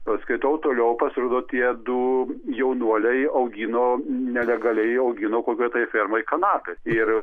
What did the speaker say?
paskaitau toliau pasirodo tie du jaunuoliai augino nelegaliai augino kokioj tai fermoj kanapes ir